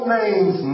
names